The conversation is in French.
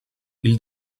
ils